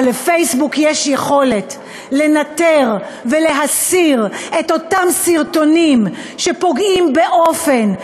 אבל לפייסבוק יש יכולת לנטר ולהסיר את אותם סרטונים שפוגעים באופן,